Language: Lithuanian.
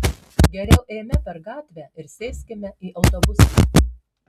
geriau eime per gatvę ir sėskime į autobusą